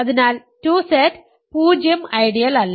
അതിനാൽ 2Z 0 ഐഡിയലല്ല